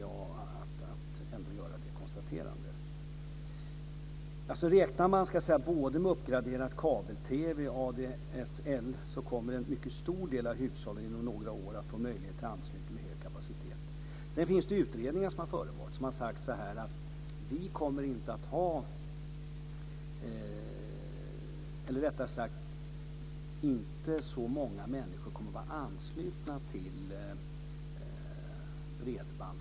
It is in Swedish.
Jag menar att det är viktigt att göra det konstaterandet. Räknar man både med uppgraderad kabel-TV och med ADSL kommer en mycket stor del av hushållen inom några år att få möjlighet till anslutning med hög kapacitet. Det finns utredningar som har sagt att inte så många människor kommer att vara anslutna till bredbandskapacitet, men det är ändå viktigt att säga att de frågor som har ställts till dem är: Vill du vara kopplad till en sådan?